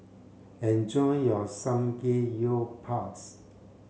enjoy your Samgeyopsal